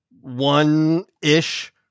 one-ish